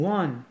one